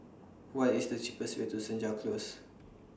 What IS The cheapest Way to Senja Close